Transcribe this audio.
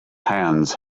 hands